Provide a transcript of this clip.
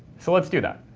so let's do that.